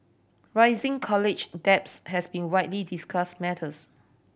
rising college debts has been a widely discussed matters